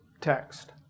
text